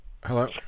Hello